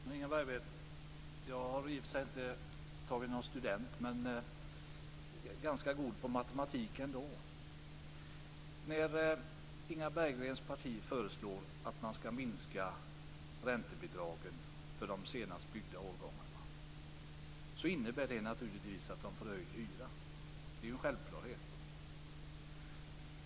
Fru talman! Inga Berggren! Jag har i och för sig inte tagit studenten, men jag är ganska god på matematik ändå. Inga Berggrens parti föreslår att man ska minska räntebidragen när det gäller bostäder byggda under de senaste åren. Det innebär naturligtvis att det blir höjda hyror. Det är en självklarhet.